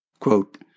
Quote